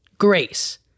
grace